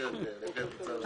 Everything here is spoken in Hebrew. שיעבירו לרווחה,